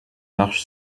marche